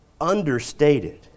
understated